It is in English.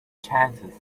chances